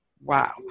wow